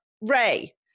Ray